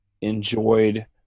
enjoyed